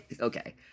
Okay